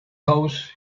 house